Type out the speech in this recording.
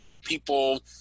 people